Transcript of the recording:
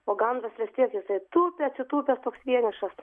o gandras vis tiek jisai tūpia atsitūpęs toks vienišas